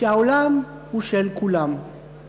שהעולם הוא של כולם,